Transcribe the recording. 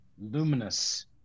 luminous